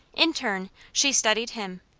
in turn she studied him,